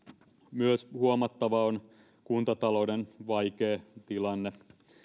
myös on huomattava kuntatalouden vaikea tilanne